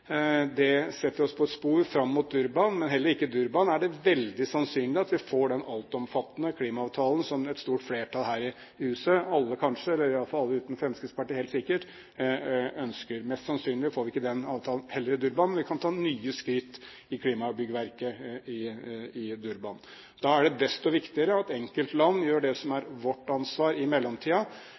Det setter oss på et spor fram mot Durban. Men heller ikke i Durban er det veldig sannsynlig at vi får den altomfattende klimaavtalen som et stort flertall her i huset – alle kanskje, eller iallfall helt sikkert alle uten Fremskrittspartiet – ønsker. Mest sannsynlig får vi ikke den avtalen heller i Durban, men vi kan ta nye skritt i klimabyggverket i Durban. Da er det desto viktigere at enkeltland gjør det som er vårt ansvar i